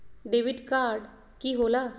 Debit card की होला?